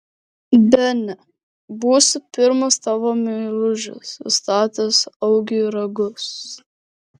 bene būsiu pirmas tavo meilužis įstatęs augiui ragus